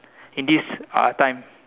in these uh time